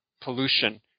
pollution